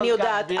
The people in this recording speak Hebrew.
אני יודעת,